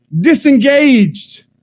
disengaged